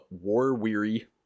war-weary